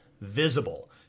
visible